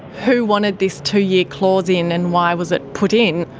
who wanted this two-year clause in and why was it put in?